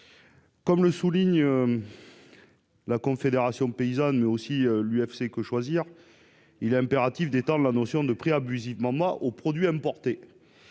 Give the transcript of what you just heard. non seulement la Confédération paysanne, mais aussi l'UFC-Que Choisir, il est impératif d'étendre la notion de prix abusivement bas aux produits importés.